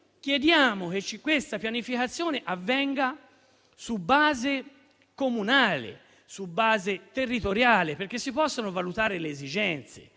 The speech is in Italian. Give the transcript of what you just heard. Chiediamo però che questa pianificazione avvenga su base comunale e territoriale, perché si possano valutare le esigenze.